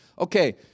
Okay